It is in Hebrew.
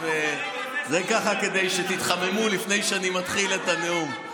זה ככה כדי שתתחממו לפני שאני מתחיל את הנאום.